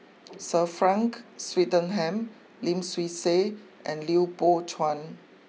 Sir Frank Swettenham Lim Swee Say and Lui Pao Chuen